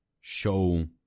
show